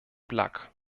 blak